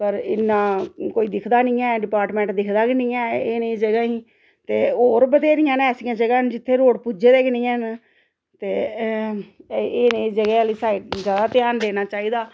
पर इन्ना कोई दिखदा नेईं ऐ डिपार्टमेंट दिखदा गै नि ऐ एह नेही जगह् गी ते होर बत्थेरियां न ऐसियां जगह् न जित्थै रोड पुज्जे दे गै नेईं हैन ते एह् नेही जगह् आह्ली साइड ज्यादा ध्यान देना चाहिदा